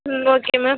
ம் okay ma'am